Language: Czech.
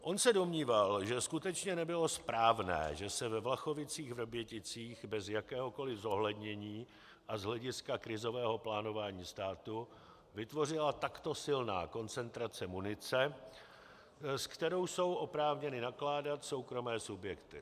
On se domníval, že skutečně nebylo správné, že se ve VlachovicíchVrběticích bez jakéhokoliv zohlednění a z hlediska krizového plánování státu vytvořila takto silná koncentrace munice, se kterou jsou oprávněny nakládat soukromé subjekty.